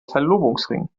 verlobungsring